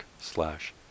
slash